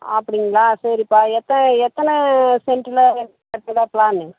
அப்படிங்களா சரிப்பா எத்தனை எத்தனை செண்ட்டில் வீடு கட்டுறதா ப்ளான்னு